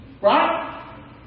Right